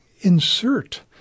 insert